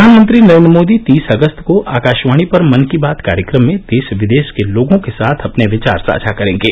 प्रधानमंत्री नरेंद्र मोदी तीस अगस्त को आकाशवाणी पर मन की बात कार्यक्रम में देश विदेश के लोगों के साथ अपने विचार साझा करेंगे